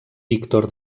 víctor